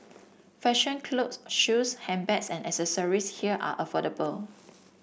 fashion clothes shoes handbags and accessories here are affordable